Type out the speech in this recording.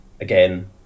again